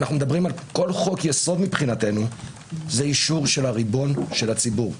כל חוק-יסוד זה אישור של הריבון, של הציבור.